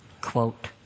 quote